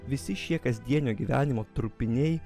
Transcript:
visi šie kasdienio gyvenimo trupiniai